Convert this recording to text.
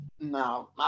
No